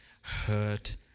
hurt